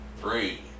three